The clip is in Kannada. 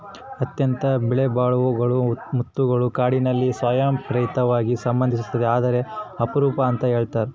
ಅತ್ಯಂತ ಬೆಲೆಬಾಳುವ ಮುತ್ತುಗಳು ಕಾಡಿನಲ್ಲಿ ಸ್ವಯಂ ಪ್ರೇರಿತವಾಗಿ ಸಂಭವಿಸ್ತವೆ ಆದರೆ ಅಪರೂಪ ಅಂತ ಹೇಳ್ತರ